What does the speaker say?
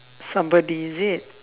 somebody is it